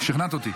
שכנעת אותי.